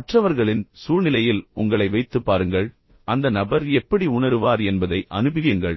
மற்றவர்களின் சூழ்நிலையில் உங்களை வைத்துப்பாருங்கள் அந்த நபர் எப்படி உணருவார் என்பதை அனுபிவியுங்கள்